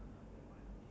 the car